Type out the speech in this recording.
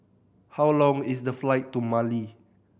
how long is the flight to Mali